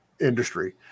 industry